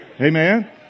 Amen